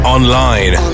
Online